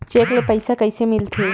Cheque ले पईसा कइसे मिलथे?